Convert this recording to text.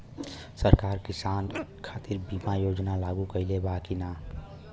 सरकार किसान खातिर बीमा योजना लागू कईले बा की ना?